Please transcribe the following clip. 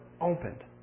opened